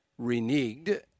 reneged